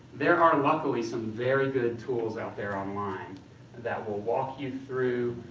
there are, luckily, some very good tools out there online that will walk you through